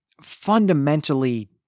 fundamentally